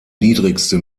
niedrigste